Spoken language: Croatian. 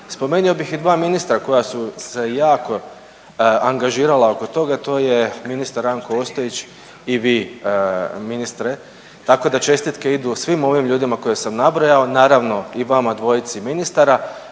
Spomenio bih i 2 ministra koja su se jako angažirala oko toga, to je ministar Ranko Ostojić i vi ministre, tako da čestitke idu svim ovim ljudima koje sam nabrojao, naravno i vama dvojici ministara,